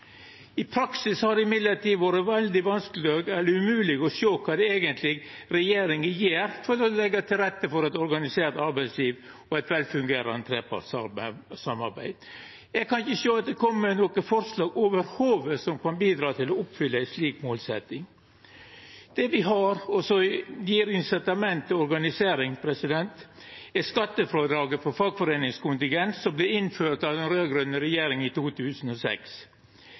I praksis har det likevel vore veldig vanskeleg eller umogleg å sjå kva det eigentleg er regjeringa gjer for å leggja til rette for eit organisert arbeidsliv og eit velfungerande trepartssamarbeid. Eg kan ikkje sjå at det i det heile er kome nokre forslag som kan bidra til å oppfylla ei slik målsetjing. Det me har som gjev incitament til organisering, er skattefrådraget for fagforeiningskontingent, som vart innført av den raud-grøne regjeringa i 2006.